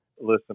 Listen